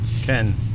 ken